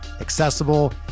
accessible